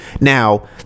now